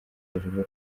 hejuru